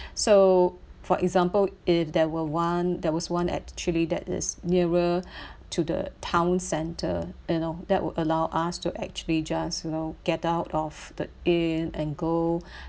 so for example if there were one there was one actually that is nearer to the town center you know that would allow us to actually just you know get out of the inn and go